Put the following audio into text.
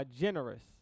Generous